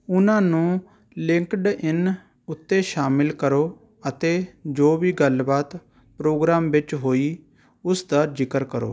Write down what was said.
ਉਨ੍ਹਾਂ ਨੂੰ LinkedIn ਉੱਤੇ ਸ਼ਾਮਲ ਕਰੋ ਅਤੇ ਜੋ ਵੀ ਗੱਲਬਾਤ ਪ੍ਰੋਗਰਾਮ ਵਿੱਚ ਹੋਈ ਉਸ ਦਾ ਜ਼ਿਕਰ ਕਰੋ